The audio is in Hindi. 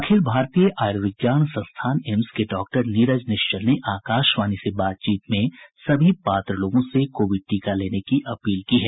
अखिल भारतीय आयुर्विज्ञान संस्थान एम्स के डॉक्टर नीरज निश्चल ने आकाशवाणी से बातचीत में सभी पात्र लोगों से कोविड टीका लेने की अपील की है